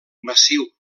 massiu